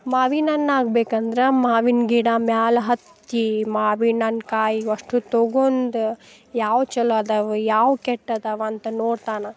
ಮಾವಿನಣ್ಣು ಆಗ್ಬೇಕಂದ್ರೆ ಮಾವಿನ ಗಿಡ ಮ್ಯಾಲ ಹತ್ತಿ ಮಾವಿನಣ್ಣು ಕಾಯಿವಷ್ಟು ತಗೊಂಡ್ ಯಾವ ಚಲೋ ಅದಾವು ಯಾವ ಕೆಟ್ಟು ಅದಾವ ಅಂತ ನೋಡ್ತಾನೆ